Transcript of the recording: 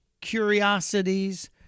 curiosities